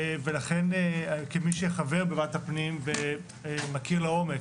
ולכן, כמי שחבר בוועדת הפנים ומכיר לעומק